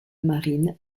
marine